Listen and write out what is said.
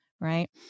right